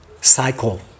cycle